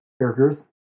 characters